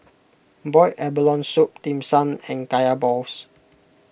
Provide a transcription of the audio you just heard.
Boiled Abalone Soup Dim Sum and Kaya Balls